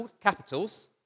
capitals